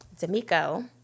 D'Amico